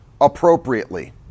appropriately